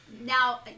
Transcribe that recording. Now